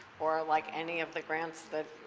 or like any of the grants that